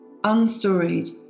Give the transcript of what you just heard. Unstoried